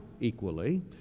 equally